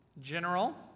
General